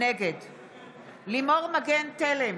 נגד לימור מגן תלם,